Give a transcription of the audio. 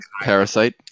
Parasite